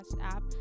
app